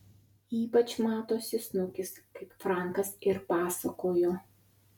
ypač matosi snukis kaip frankas ir pasakojo